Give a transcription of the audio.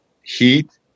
Heat